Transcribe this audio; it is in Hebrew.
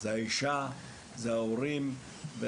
זו האישה, אלה ההורים.